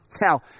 Now